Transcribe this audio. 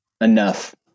enough